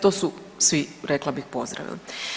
To su svi rekla bih pozdravili.